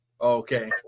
Okay